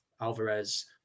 Alvarez